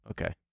Okay